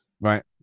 right